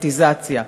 פרטיזציה.